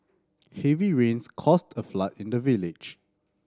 heavy rains caused a flood in the village